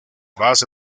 base